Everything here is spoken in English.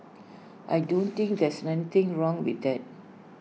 I don't think there's anything wrong with that